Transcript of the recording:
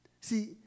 See